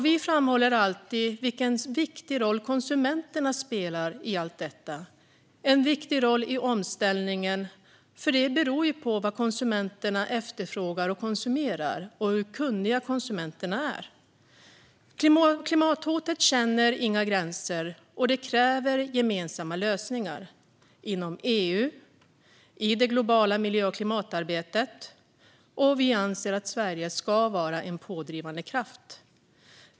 Vi framhåller alltid vilken viktig roll konsumenterna spelar i omställningen. Den beror ju på vad konsumenterna efterfrågar och konsumerar och hur kunniga de är. Klimathotet känner inga gränser, och det kräver gemensamma lösningar - inom EU och i det globala miljö och klimatarbetet. Vi anser att Sverige ska vara en pådrivande kraft.